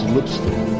Lipstick